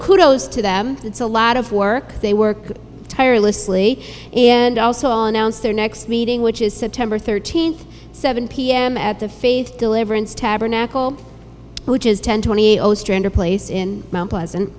kudos to them it's a lot of work they work tirelessly and also announced their next meeting which is september thirteenth seven p m at the faith deliverance tabernacle which is ten twenty eight zero stranger place in mt pleasant